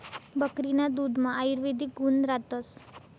बकरीना दुधमा आयुर्वेदिक गुण रातस